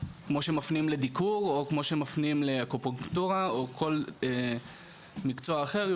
כמו שמפנים לדיקור או כמו שמפנים לאקופונקטורה או כל מקצוע אחר.